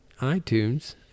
iTunes